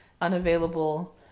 unavailable